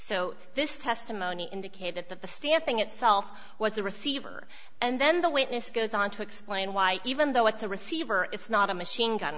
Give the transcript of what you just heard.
so this testimony indicated that the stamping itself was a receiver and then the witness goes on to explain why even though it's a receiver it's not a machine gun